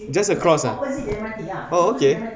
just a cross ah oh okay